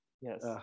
Yes